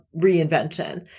reinvention